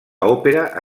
òpera